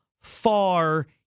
far